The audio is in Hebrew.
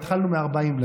התחלנו מ-40%,